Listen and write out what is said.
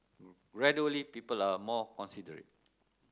gradually people are more considerate